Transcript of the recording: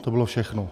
To bylo všechno.